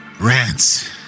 rants